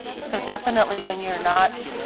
so definitely when you're not